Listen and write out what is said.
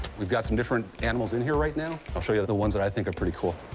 we've got some different animals in here right now. i'll show you the ones that i think are pretty cool.